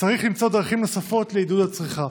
צריך למצוא דרכים נוספות לעידוד הצריכה.